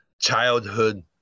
childhood